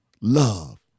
love